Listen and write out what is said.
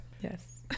yes